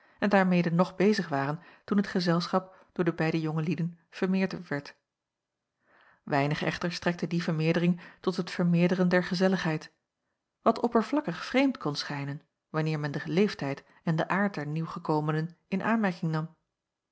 en daarmede nog bezig waren toen het gezelschap door de beide jonge lieden vermeerderd werd weinig echter strekte die vermeerdering tot het vermeerderen der gezelligheid wat oppervlakkig vreemd kon schijnen wanneer men den leeftijd en den aard der nieuwgekomenen in aanmerking nam